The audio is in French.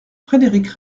frédéric